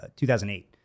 2008